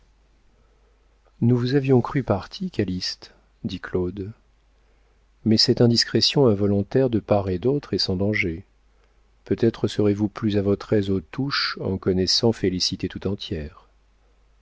nous vous avions cru parti calyste dit claude mais cette indiscrétion involontaire de part et d'autre est sans danger peut-être serez-vous plus à votre aise aux touches en connaissant félicité tout entière